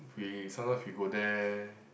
we sometimes we go there